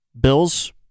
Bills